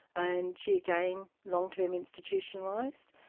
and she, again, long-term institutionalised.